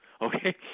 Okay